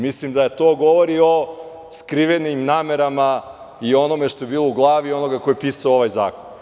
Mislim da to govori o skrivenim namerama i onome što je bilo u glavi onoga ko je pisao ovaj zakon.